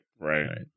right